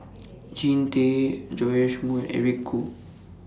Jean Tay Joash Moo Eric Khoo